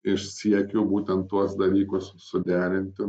iš siekių būtent tuos dalykus suderinti